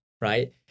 Right